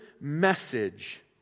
message